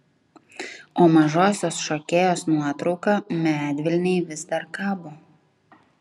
o mažosios šokėjos nuotrauka medvilnėj vis dar kabo